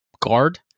guard